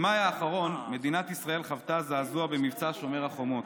במאי האחרון מדינת ישראל חוותה זעזוע במבצע שומר החומות.